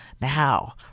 Now